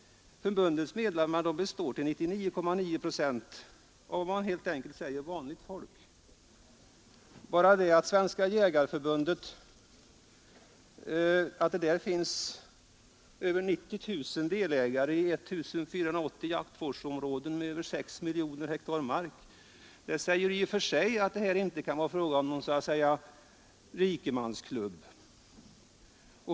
Förbundets medlemmar består till 99,9 procent av vad man helt enkelt kallar vanligt folk. Bara det att i Svenska jägareförbundet finns över 90 000 delägare i 1 480 jaktvårdsområden med över 6 miljoner hektar mark säger i och för sig att det här inte kan vara fråga om någon rikemansklubb.